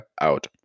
out